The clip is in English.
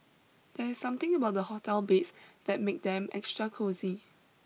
there's something about the hotel beds that make them extra cosy